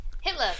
Hitler